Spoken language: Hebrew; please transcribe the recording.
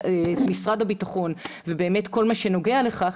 משרד הביטחון וכל מה שנוגע לכך.